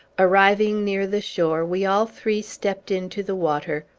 arriving near the shore, we all three stept into the water,